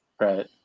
Right